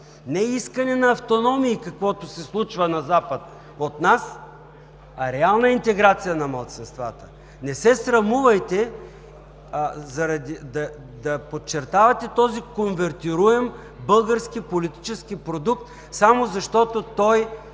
не искане на автономии, каквото се случва на запад от нас, а реална интеграция на малцинствата. Не се срамувайте да подчертавате този конвентируем български политически продукт само защото